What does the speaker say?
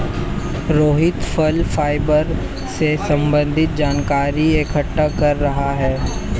रोहित फल फाइबर से संबन्धित जानकारी इकट्ठा कर रहा है